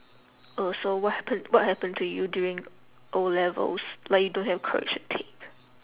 oh so what happen what happen to you during O-levels like you don't have correction tape